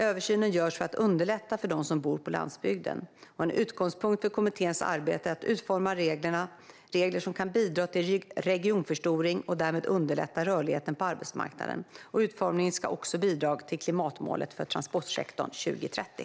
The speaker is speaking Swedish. Översynen görs för att underlätta för de som bor på landsbygden. En utgångspunkt för kommitténs arbete är att utforma regler som ska bidra till regionförstoring och därigenom underlätta rörligheten på arbetsmarknaden. Utformningen ska också bidra till klimatmålet för transportsektorn 2030.